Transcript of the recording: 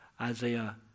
Isaiah